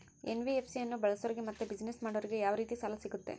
NBFC ಅನ್ನು ಬಳಸೋರಿಗೆ ಮತ್ತೆ ಬಿಸಿನೆಸ್ ಮಾಡೋರಿಗೆ ಯಾವ ರೇತಿ ಸಾಲ ಸಿಗುತ್ತೆ?